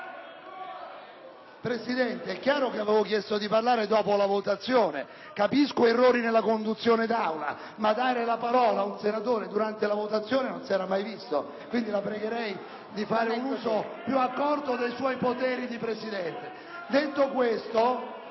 Presidente, è chiaro che avevo chiesto di parlare dopo la votazione. Capisco errori nella conduzione d'Aula, ma dare la parola ad un senatore mentre è in corso una votazione non si era mai visto, quindi la pregherei di fare un uso più accorto dei suoi poteri di Presidente. Detto questo,